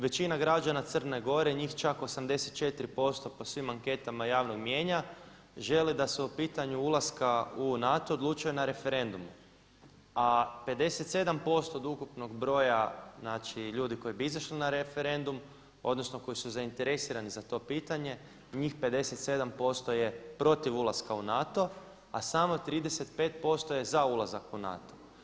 Većina građana Crne Gore, njih čak 84% po svim anketama javnog mnijenja želi da se o pitanju ulaska u NATO odlučuje na referendumu, a 57% od ukupnog broja znači ljudi koji bi izišli na referendum, odnosno koji su zainteresirani za to pitanje njih 57% je protiv ulaska u NATO a samo 35% je za ulazak u NATO.